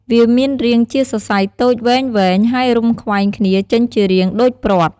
វាមានរាងជាសរសៃតូចវែងៗ ហើយរុំខ្វែងគ្នាចេញជារាងដូចព្រ័ត្រ។